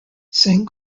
saint